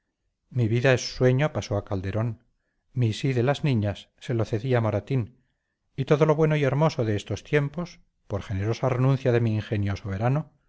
mi vida es sueño pasó a calderón mi sí de las niñas se lo cedí a moratín y todo lo bueno y hermoso de estos tiempos por generosa renuncia de mi ingenio soberano